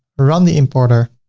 run the importer